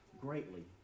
greatly